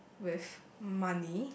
with money